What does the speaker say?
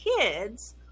kids